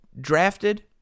drafted